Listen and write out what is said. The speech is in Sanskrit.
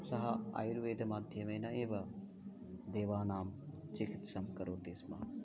सः आयुर्वेदमाध्यमेन एव देवानां चिकित्सां करोति स्म